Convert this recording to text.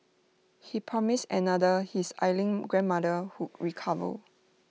he promised another his ailing grandmother would recover